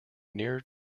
near